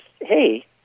hey